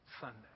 Sunday